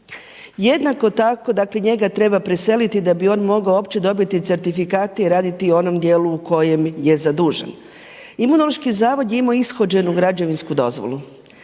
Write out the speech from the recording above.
Jednako tako, dakle njega treba preseliti da bi on mogao uopće dobiti certifikate i raditi u onom dijelu u kojem je zadužen. Imunološki zavod je imao ishođenu građevinsku dozvolu.